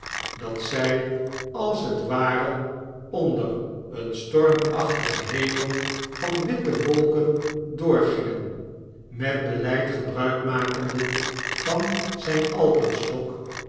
dat zjj als het ware onder een stormachtigen hemel van witte wolken doorgingen met beleid gebruik makende van zgn alpenstok